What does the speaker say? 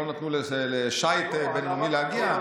לא נתנו לשיט בין-לאומי להגיע.